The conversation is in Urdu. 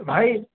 بھائی